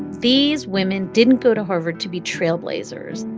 these women didn't go to harvard to be trailblazers.